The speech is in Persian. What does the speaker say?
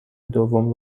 دوم